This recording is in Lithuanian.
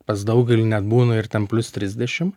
pas daugelį net būna ir ten plius trisdešim